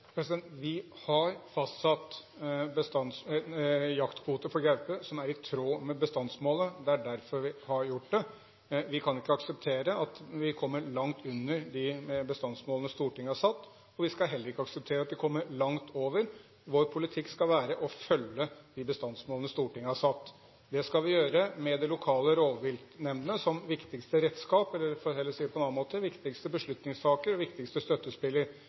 Vi har fastsatt jaktkvoter for gaupe som er i tråd med bestandsmålet. Det er derfor vi har gjort det. Vi kan ikke akseptere at vi kommer langt under de bestandsmålene Stortinget har satt, og vi skal heller ikke akseptere at vi kommer langt over. Vår politikk skal være å følge de bestandsmålene Stortinget har satt. Det skal vi gjøre, med de lokale rovviltnemndene som viktigste redskap, eller for å si det på en annen måte: den viktigste beslutningstaker og viktigste støttespiller.